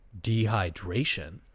dehydration